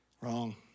wrong